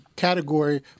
category